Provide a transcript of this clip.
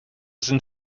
sind